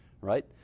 right